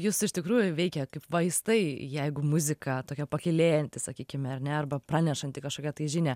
jus iš tikrųjų veikia kaip vaistai jeigu muzika tokia pakylėjanti sakykime ar ne arba pranešanti kažkokią tai žinią